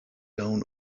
down